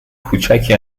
کوچکی